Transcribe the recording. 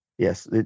Yes